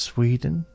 Sweden